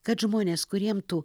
kad žmonės kuriem tu